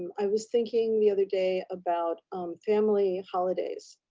i was thinking the other day about family holidays.